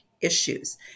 issues